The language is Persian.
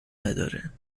نداره